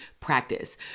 practice